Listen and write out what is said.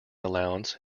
allowance